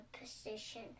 position